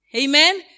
Amen